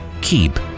keep